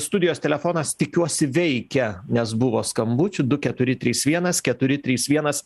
studijos telefonas tikiuosi veikia nes buvo skambučių du keturi trys vienas keturi trys vienas